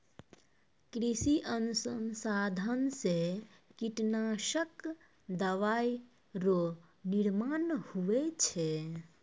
कृषि अनुसंधान से कीटनाशक दवाइ रो निर्माण हुवै छै